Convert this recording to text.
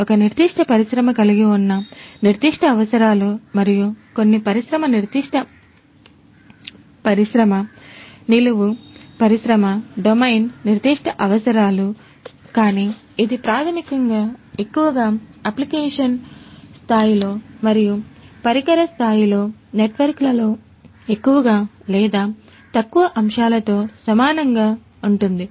ఒక నిర్దిష్ట పరిశ్రమ కలిగి ఉన్న నిర్దిష్ట అవసరాలు మరియు కొన్ని పరిశ్రమ నిర్దిష్ట పరిశ్రమ నిలువు పరిశ్రమ డొమైన్ నిర్దిష్ట అవసరాలు కానీ ఇది ప్రాథమికంగా ఎక్కువగా అప్లికేషన్ స్థాయిలో మరియు పరికర స్థాయిలో నెట్వర్క్లో ఎక్కువగా లేదా తక్కువ అంశాలతో సమానంగా ఉంటుంది